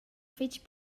fetg